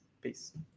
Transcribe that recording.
Peace